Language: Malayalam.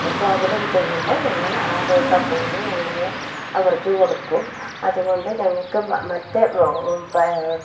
സ്വാഗതം ചെയ്യുമ്പോൾ ഞങ്ങൾ ആ റോസാ പൂവിനെ ഞങ്ങൾ അവർക്ക് കൊടുക്കും അതുകൊണ്ട് ഞങ്ങൾക്ക് മറ്റെ